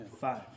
Five